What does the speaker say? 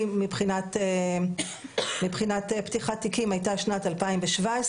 מבחינת פתיחת תיקים הייתה שנת 2017,